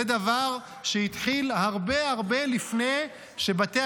זה דבר שהתחיל הרבה הרבה לפני שבתי